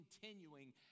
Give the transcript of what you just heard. continuing